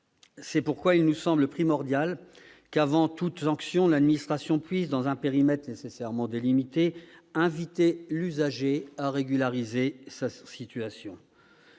C'est pourquoi il nous semble primordial qu'avant toute sanction l'administration puisse, dans un périmètre nécessairement délimité, inviter l'usager à régulariser sa situation.